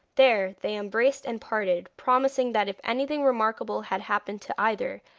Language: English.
there they embraced and parted, promising that if anything remarkable had happened to either,